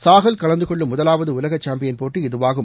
சாஹல் கலந்து கொள்ளும் முதலாவது உலக சாம்பியன்போட்டி இதுவாகும்